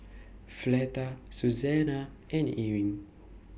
Fleta Susannah and Ewing